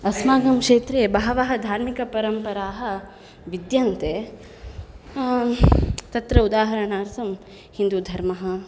अस्माकं क्षेत्रे बहवः धार्मिकपरम्पराः विद्यन्ते तत्र उदाहरणार्थं हिन्दुधर्मः